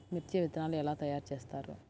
మిర్చి విత్తనాలు ఎలా తయారు చేస్తారు?